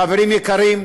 חברים יקרים,